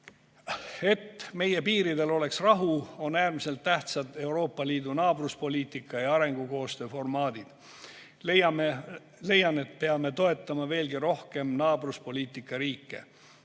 Et meie piiridel oleks rahu, on äärmiselt tähtsad Euroopa Liidu naabruspoliitika ja arengukoostöö formaadid. Leian, et peame toetama veelgi rohkem naabruspoliitika riike.